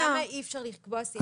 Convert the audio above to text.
למה אי אפשר לקבוע סעיף?